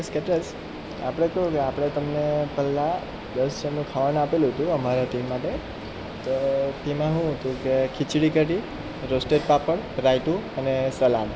Shri Ganesh caterers આપણે કેવું છે તમને પેલા બસ સમયે ખાવાનું આપેલું હતું અમારા ટીમ માટે તો તેમાં હું હતું કે ખીચડી કઢી રોસ્ટેડ પાપડ રાયતું અને સલાડ